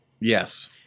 Yes